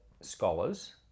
scholars